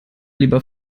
lieber